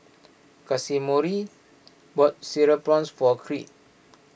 Casimiro bought Cereal Prawns for Creed